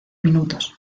minutos